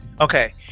Okay